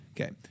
Okay